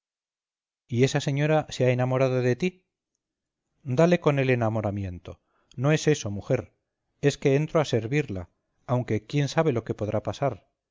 y esa señora se ha enamorado de ti dale con el enamoramiento no es eso mujer es que entro a servirla aunque quién sabe lo que podrá pasar